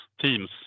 teams